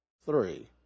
three